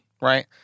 Right